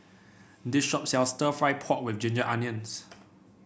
this shop sells stir fry pork with Ginger Onions